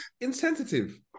insensitive